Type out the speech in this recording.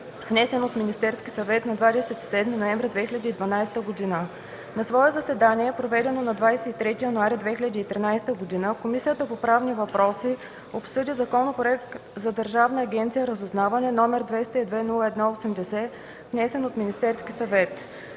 внесен от Министерски съвет на 27 ноември 2012 г. На свое заседание, проведено на 23 януари 2013 г., Комисията по правни въпроси обсъди Законопроект за Държавна агенция „Разузнаване”, № 202-01-80, внесен от Министерския съвет.